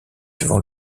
devant